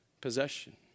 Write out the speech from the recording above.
possession